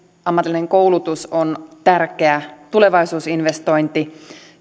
ammatillinen koulutus on tärkeä tulevaisuusinvestointi